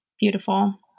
Beautiful